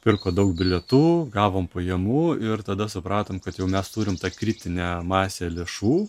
pirko daug bilietų gavom pajamų ir tada supratom kad jau mes turime tą kritinę masę lėšų